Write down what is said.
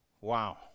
Wow